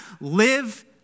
live